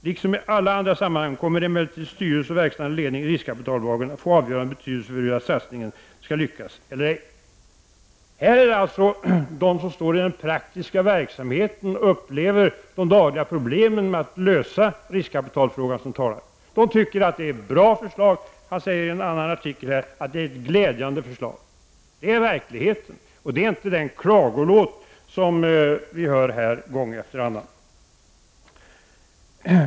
Liksom i alla andra sammanhang kommer emellertid styrelse och verkställande ledning i riskkapitalbolagen att få avgörande betydelse för huruvida satsningen skall lyckas eller ej.” Här talas alltså om hur de som befinner sig i den praktiska verkligheten upplever de dagliga riskkapitalproblemen. De tycker att det framlagda förslaget är bra. I en annan artikel står att det är ett glädjade förslag. Det verkligheten och inte den klagolåt som vi här får höra gång efter annan.